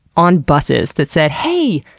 on buses, that said, hey,